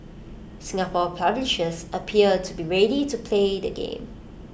Singapore publishers appear to be ready to play the game